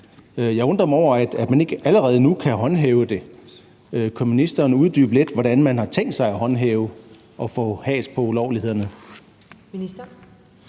Jeg undrer mig over, at man ikke allerede nu kan håndhæve det. Kan ministeren uddybe lidt, hvordan man har tænkt sig at håndhæve det og få has på ulovlighederne?